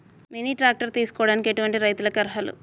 Mini tractor తీసుకోవడానికి ఎటువంటి రైతులకి అర్హులు?